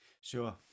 Sure